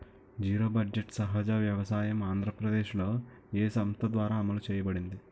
Zero budget సహజ వ్యవసాయం ఆంధ్రప్రదేశ్లో, ఏ సంస్థ ద్వారా అమలు చేయబడింది?